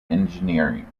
engineering